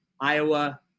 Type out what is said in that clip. Iowa